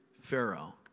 Pharaoh